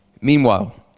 Meanwhile